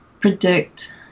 predict